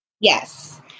Yes